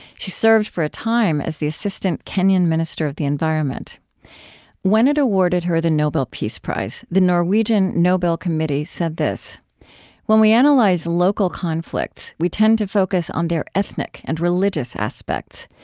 she served for a time as the assistant kenyan minister of the environment when it awarded her the nobel peace prize, the norwegian nobel committee said this when we analyze local conflicts, we tend to focus on their ethnic and religious aspects,